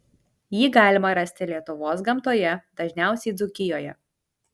jį galima rasti lietuvos gamtoje dažniausiai dzūkijoje